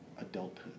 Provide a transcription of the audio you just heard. adulthood